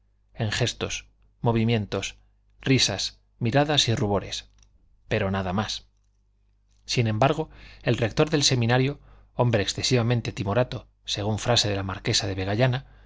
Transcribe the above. en gestos movimientos risas miradas y rubores pero nada más sin embargo el rector del seminario hombre excesivamente timorato según frase de la marquesa de